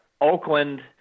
Oakland –